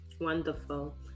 Wonderful